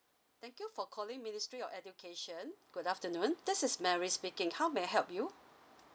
thank you for calling ministry of education good afternoon this is mary speaking how may I help you